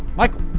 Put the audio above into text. michael,